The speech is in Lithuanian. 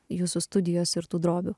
jūsų studijos ir tų drobių